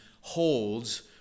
holds